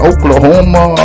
Oklahoma